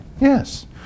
yes